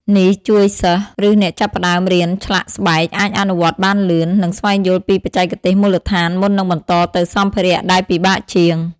នេះជួយសិស្ស ឬអ្នកចាប់ផ្ដើមរៀនឆ្លាក់ស្បែកអាចអនុវត្តបានលឿន និងស្វែងយល់ពីបច្ចេកទេសមូលដ្ឋានមុននឹងបន្តទៅសម្ភារៈដែលពិបាកជាង។